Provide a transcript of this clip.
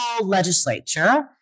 legislature